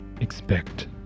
expect